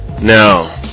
Now